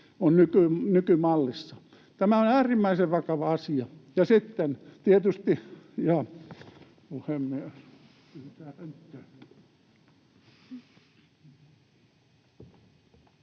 on nykymallissa. Tämä on äärimmäisen vakava asia.